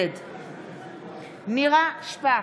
נגד נירה שפק,